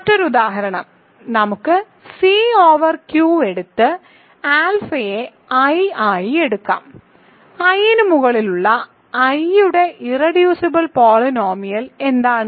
മറ്റൊരു ഉദാഹരണം നമുക്ക് C ഓവർ Q എടുത്ത് ആൽഫയെ i ആയി എടുക്കാം i ന് മുകളിലുള്ള i യുടെ ഇർറെഡ്യൂസിബിൾ പോളിനോമിയൽ എന്താണ്